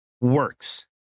works